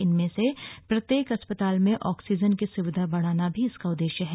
इनमें से प्रत्येक अस्पताल में ऑक्सीजन की सुविधा बढ़ाना भी इसका उद्देश्य है